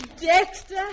Dexter